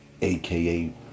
AKA